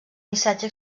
missatge